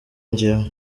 njyewe